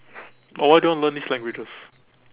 but why do you want to learn these languages